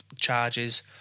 charges